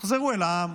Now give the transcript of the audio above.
תחזרו אל העם,